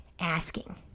asking